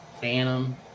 Phantom